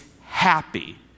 happy